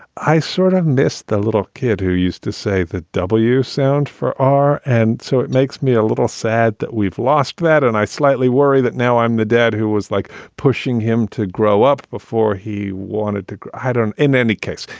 i sort of miss the little kid who used to say that w sound for ah. and so it makes me a little sad that we've lost that. and i slightly worry that now i'm the dad who was like pushing him to grow up before he wanted to. i don't. in any case,